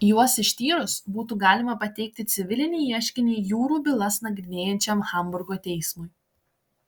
juos ištyrus būtų galima pateikti civilinį ieškinį jūrų bylas nagrinėjančiam hamburgo teismui